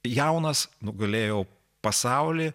jaunas nugalėjau pasaulį